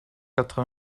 quatre